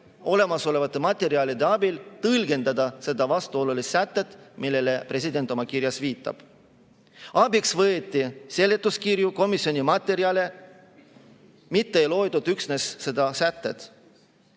olemasolevate materjalide abil tõlgendada seda vastuolulist sätet, millele president oma kirjas viitab. Abiks võeti seletuskirju ja komisjoni materjale, mitte ei loetud üksnes seda sätet.